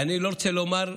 אני לא רוצה לומר לבד,